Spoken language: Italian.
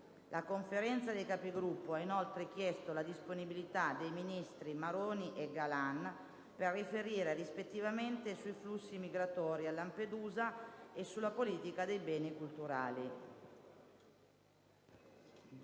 La Conferenza dei Capigruppo ha inoltre chiesto la disponibilità dei ministri Maroni e Galan per riferire rispettivamente sui flussi migratori a Lampedusa e sulla politica dei beni culturali.